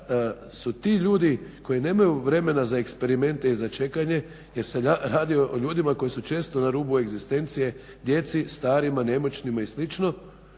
su ti ljudi koji nemaju vremena za eksperimente i čekanje jer se radi o ljudima koji su često na rubu egzistencije, djeci, starima, nemoćnima i